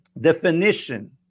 definition